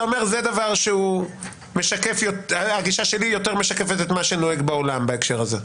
אתה אומר: הגישה שלי יותר משקפת את מה שנוהג בעולם בהקשר הזה.